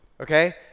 okay